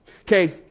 Okay